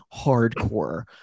hardcore